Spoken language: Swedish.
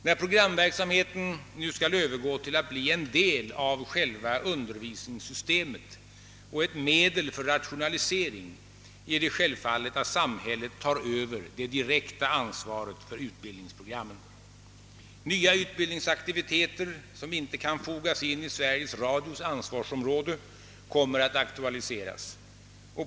När programverksamheten nu skall övergå till att bli en del av själva undervisningssystemet och ett medel för rationalisering är det självklart att samhället tar över det direkta ansvaret för utbildningsprogrammen. Nya utbildningsaktiviteter, som inte kan fogas in i Sveriges Radios ansvarsområde, kommer att aktualiseras.